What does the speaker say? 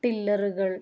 ടില്ലറുകൾ